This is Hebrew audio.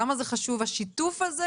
כמה זה חשוב השיתוף הזה